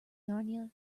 narnia